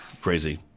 Crazy